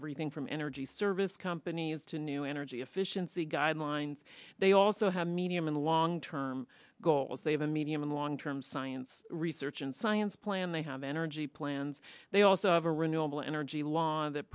everything from energy service companies to new energy efficiency guidelines they also have a medium and long term goals they have a medium and long term science research and science plan they have energy plans they also have a renewable energy law that